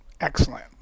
excellent